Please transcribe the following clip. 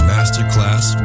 Masterclass